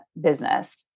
business